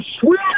sweet